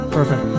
Perfect